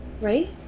Right